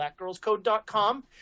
blackgirlscode.com